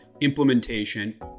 implementation